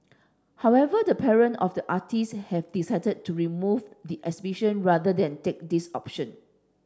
however the parent of the artists have decided to remove the exhibition rather than take this option